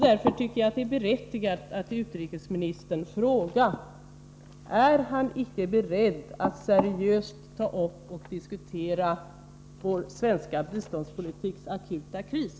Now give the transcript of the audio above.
Därför tycker jag att det är berättigat att fråga utrikesministern: Är utrikesministern icke beredd att seriöst ta upp och diskutera vår svenska biståndspolitiks akuta kris?